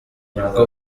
n’ubwo